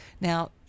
now